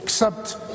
accept